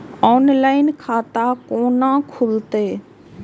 Online खाता केना खुलते?